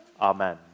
Amen